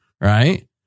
right